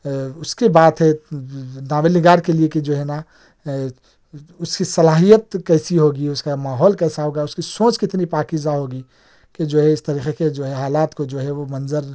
اُس کے بعد ایک ناول نگار کے لیے کہ جو ہے نا اُس کی صلاحیت کیسی ہوگی اُس کا ماحول کیسا ہوگا اُس کی سوچ کتنی پاکیزہ ہوگی کہ جو ہے اِس طریقے جو ہے حالات کو جو ہے وہ منظر